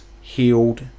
healed